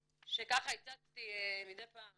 שהצגתי מדי פעם,